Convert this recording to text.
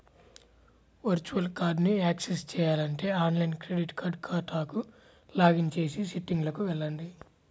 virtual కార్డ్ని access చేయాలంటే online credit card ఖాతాకు లాగిన్ చేసి సెట్టింగ్లకు వెళ్లండి